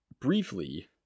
Briefly